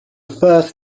first